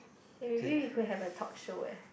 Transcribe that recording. eh maybe we could have a talkshow eh